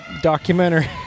documentary